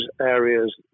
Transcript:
areas